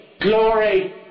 glory